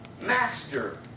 master